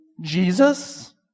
Jesus